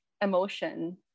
emotion